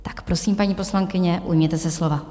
Tak prosím, paní poslankyně, ujměte se, slova.